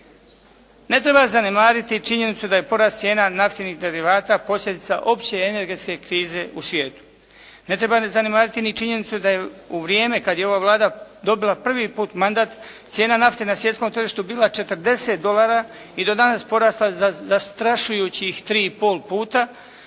Ne treba zanemariti činjenicu da je porast cijena naftnih derivata posljedica opće energetske krize u svijetu. Netreba niti zanemariti niti činjenicu da je u vrijeme kada je ova Vlada dobila prvi put mandat cijena nafte na svjetskom tržištu bila 40 dolara i da danas porasta za zastrašujućih 3,5 puta